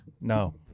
No